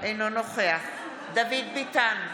אינו נוכח דוד ביטן,